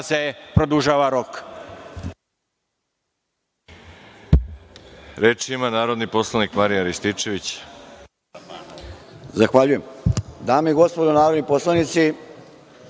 se produžava rok.